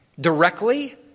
directly